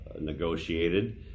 negotiated